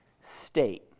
state